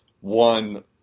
one